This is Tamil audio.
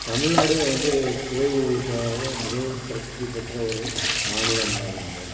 தமிழ்நாடே வந்து கோயில்களுக்காக மிகவும் பிரசித்தி பெற்ற ஒரு மாநிலம் ஆகுங்க